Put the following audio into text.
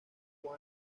poco